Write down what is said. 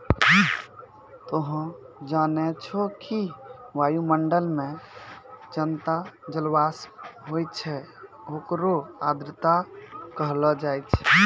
तोहं जानै छौ कि वायुमंडल मं जतना जलवाष्प होय छै होकरे आर्द्रता कहलो जाय छै